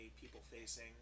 people-facing